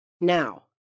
Now